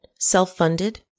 self-funded